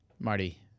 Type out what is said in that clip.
Marty